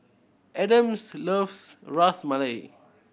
Adams loves Ras Malai